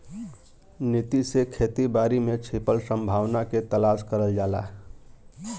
नीति से खेती बारी में छिपल संभावना के तलाश करल जाला